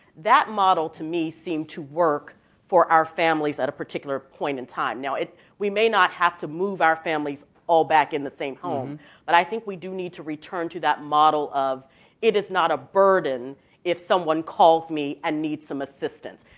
that model to me seemed to work for our families at a particular point in time. now, we may not have to move our families all back in the same home but i think we do need to return to that model of it is not a burden if someone calls me and needs some assistance.